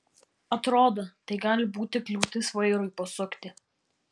atrodo tai gali būti kliūtis vairui pasukti